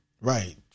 Right